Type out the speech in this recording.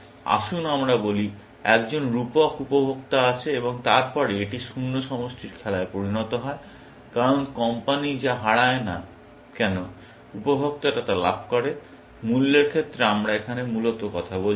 আসুন আমরা বলি একজন রূপক উপভোক্তা আছে এবং তারপরে এটি শূন্য সমষ্টির খেলায় পরিণত হয় কারণ কোম্পানি যা হারায় না কেন উপভোক্তা তা লাভ করে মূল্যের ক্ষেত্রে আমরা এখানে মূলত কথা বলছি